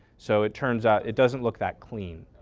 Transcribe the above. so it turns out it doesn't look that clean.